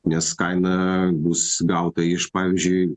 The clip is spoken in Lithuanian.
nes kaina bus gauta iš pavyzdžiui